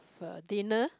a dinner